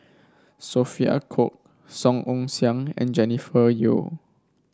Sophia Cooke Song Ong Siang and Jennifer Yeo